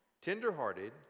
tenderhearted